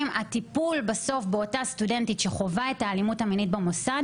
הטיפול בסוף באותה סטודנטית שחווה את האלימות המינית במוסד